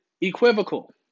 equivocal